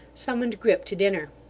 summoned grip to dinner.